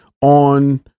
on